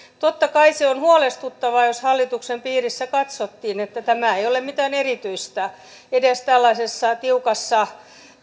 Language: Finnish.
totta kai se on huolestuttavaa jos hallituksen piirissä katsottiin että tämä ei ole mitään erityistä edes tällaisessa tiukassa